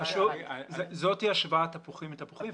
תפוחים לתפוחים.